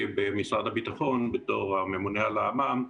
במשרד הביטחון בתור הממונה על האמ"מ,